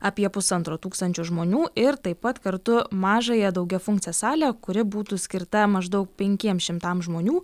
apie pusantro tūkstančio žmonių ir taip pat kartu mažąją daugiafunkcę salę kuri būtų skirta maždaug penkiem šimtam žmonių